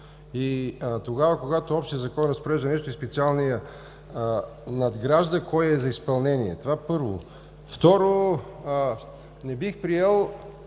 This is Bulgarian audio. тогава, когато общият закон разпорежда нещо и специалният надгражда, кой е за изпълнение? Това, първо. Второ, не бих приел